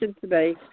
today